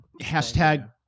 Hashtag